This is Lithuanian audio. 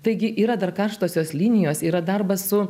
taigi yra dar karštosios linijos yra darbas su